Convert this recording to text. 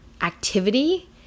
activity